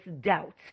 doubt